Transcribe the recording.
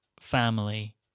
family